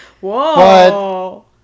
Whoa